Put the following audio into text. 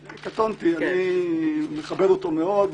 קטונתי, אני מכבד אותו מאוד.